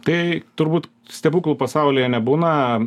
tai turbūt stebuklų pasaulyje nebūna